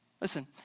Listen